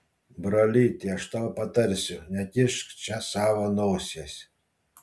brolyti aš tau patarsiu nekišk čia savo nosies